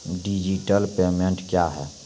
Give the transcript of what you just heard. Digital payment क्या हैं?